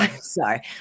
Sorry